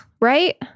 Right